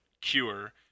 cure